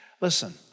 Listen